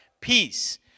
peace